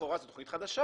לכאורה זו תכנית חדשה,